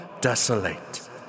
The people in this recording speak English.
desolate